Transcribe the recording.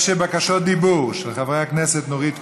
יש בקשות דיבור של חברי הכנסת נורית קורן,